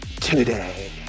today